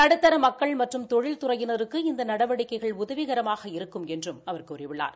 நடுத்தர மக்கள் மற்றும் தொழில் துறையினருக்கு இந்த நடவடிக்கைகள் உதவிகரமாக இருக்கும் என்று அவர் கூறியுள்ளார்